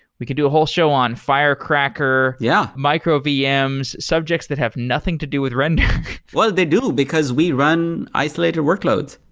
we can do a whole show on firecracker, yeah micro vms, subjects that have nothing to do with render well, they do because we run isolated workloads,